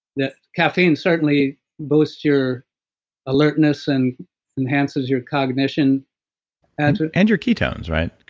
that caffeine certainly boosts your alertness and enhances your cognition and your and your ketones, right?